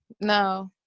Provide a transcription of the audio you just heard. No